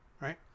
right